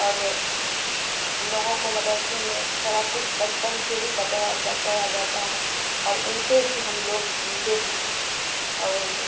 اور ہم لوگوں کو مدرسے میں سارا کچھ بچپن سے ہی بتایا بتایا جاتا ہے اور ان پہ ہی ہم لوگ جیتے ہیں اور